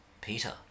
Peter